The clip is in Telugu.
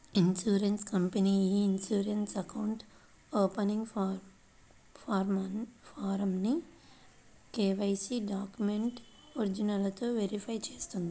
insurance company e insurance account opening ఫారమ్ను కేవైసీ డాక్యుమెంట్ల ఒరిజినల్లతో వెరిఫై చేస్తుంది